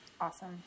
Awesome